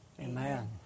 Amen